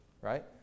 right